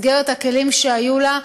הכלים שהיו לה,